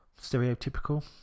stereotypical